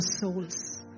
souls